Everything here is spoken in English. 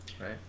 right